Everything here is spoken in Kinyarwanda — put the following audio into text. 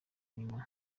nyuma